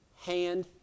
hand